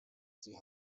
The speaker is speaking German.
sie